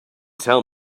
tell